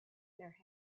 their